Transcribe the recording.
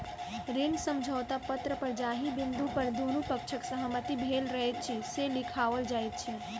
ऋण समझौता पत्र पर जाहि बिन्दु पर दुनू पक्षक सहमति भेल रहैत छै, से लिखाओल जाइत छै